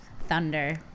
Thunder